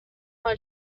حال